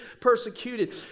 persecuted